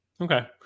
Okay